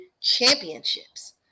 championships